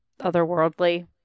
otherworldly